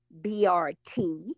BRT